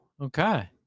okay